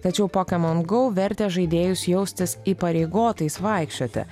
tačiau pokemon go vertė žaidėjus jaustis įpareigotais vaikščioti